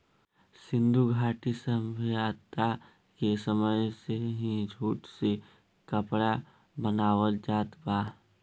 सिंधु घाटी सभ्यता के समय से ही जूट से कपड़ा बनावल जात बा